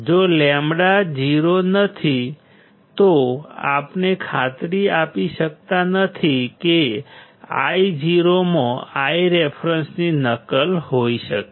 જો λ 0 નથી તો આપણે ખાતરી આપી શકતા નથી કે I0 માં Iref ની નકલ હોઈ શકે